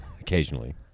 occasionally